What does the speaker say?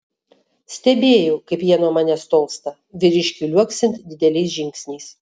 stebėjau kaip jie nuo manęs tolsta vyriškiui liuoksint dideliais žingsniais